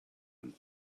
and